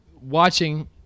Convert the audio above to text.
watching